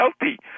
healthy